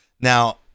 now